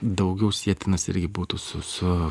daugiau sietinas irgi būtų su su